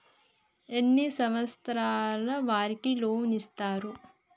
ఎన్ని సంవత్సరాల వారికి లోన్ ఇస్తరు?